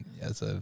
Yes